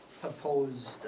proposed